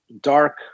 dark